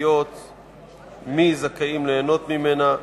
משפטיות מי זכאים ליהנות ממנה.